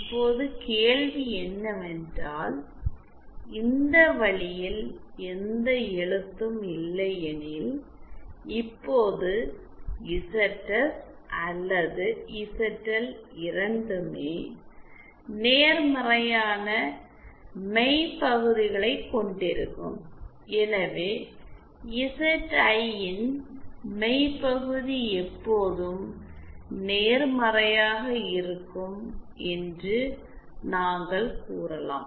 இப்போது கேள்வி என்னவென்றால் இந்த வழியில் எந்த எழுத்தும் இல்லை எனில் இப்போது இசட்எஸ் அல்லது இசட்எல் இரண்டுமே நேர்மறையான மெய் பகுதிகளைக் கொண்டிருக்கும் எனவே இசட்ஐ ன் மெய் பகுதி எப்போதும் நேர்மறையாக இருக்கும் என்று நாங்கள் கூறலாம்